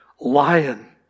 lion